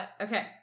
Okay